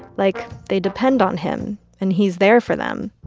like they depend on him, and he's there for them.